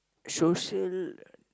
social